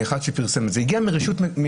מאחד שפרסם את זה אלא זה מידע שמגיע מרשות ממשלתית.